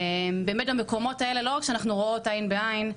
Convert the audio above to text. באמת שבמקומות האלו זה לא רק שאנחנו רואות עין בעין,